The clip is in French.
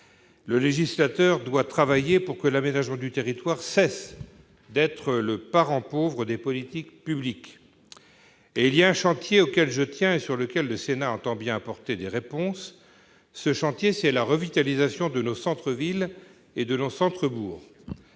Le législateur doit travailler pour que l'aménagement du territoire cesse d'être le parent pauvre des politiques publiques ! Il y a un chantier auquel je tiens et sur lequel le Sénat entend bien apporter des réponses : la revitalisation de nos centres-villes et centres-bourgs.